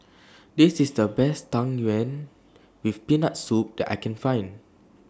This IS The Best Tang Yuen with Peanut Soup that I Can Find